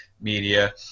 media